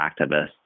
activists